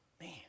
man